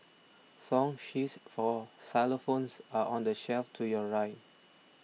song sheets for xylophones are on the shelf to your right